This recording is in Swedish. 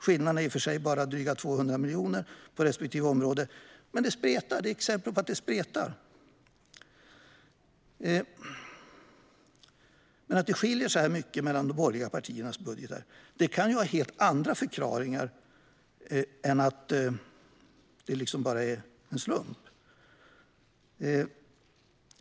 Skillnaderna är i och för sig bara drygt 200 miljoner på respektive område, men det är ändå ett exempel på att det spretar. Att det skiljer så mycket mellan de borgerliga partiernas budgetförslag kan ju ha en helt andra förklaringar än att det bara är en slump.